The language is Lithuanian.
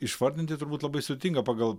išvardinti turbūt labai sudėtinga pagal